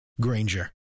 Granger